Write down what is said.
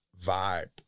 vibe